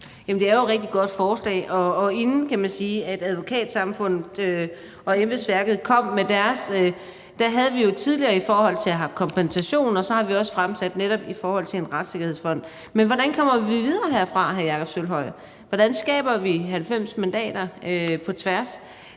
det er jo et rigtig godt forslag. Og inden Advokatsamfundet og embedsværket kom med deres bidrag, havde vi jo tidligere i forhold til kompensation netop fremsat et forslag om en retssikkerhedsfond. Men hvordan kommer vi videre herfra, vil jeg spørge hr. Jakob Sølvhøj. Hvordan skaber vi 90 mandater på tværs